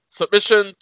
submission